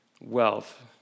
wealth